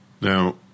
Now